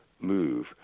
move